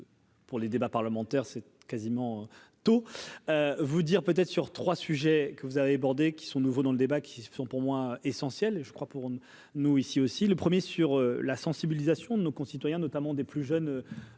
pour les débats parlementaires c'est quasiment tous vous dire peut-être sur 3 sujets que vous avez abordés qui sont nouveaux dans le débat qui sont pour moi essentiel, je crois, pour nous, ici aussi, le premier sur la sensibilisation de nos concitoyens, notamment des plus jeunes